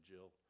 Jill